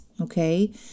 okay